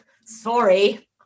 Sorry